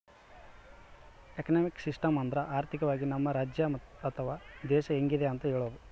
economic system ಅಂದ್ರ ಆರ್ಥಿಕವಾಗಿ ನಮ್ ರಾಜ್ಯ ಅಥವಾ ದೇಶ ಹೆಂಗಿದೆ ಅಂತ ಹೇಳೋದು